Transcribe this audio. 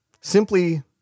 simply